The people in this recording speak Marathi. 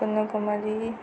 कन्याकुमारी